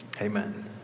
Amen